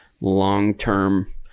long-term